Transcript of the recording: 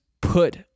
put